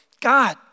God